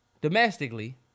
domestically